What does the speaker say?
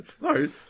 no